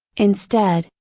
instead,